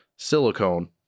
Silicone